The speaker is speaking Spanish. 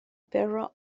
perro